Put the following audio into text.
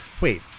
Wait